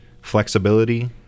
flexibility